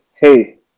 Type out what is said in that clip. Hey